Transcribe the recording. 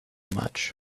much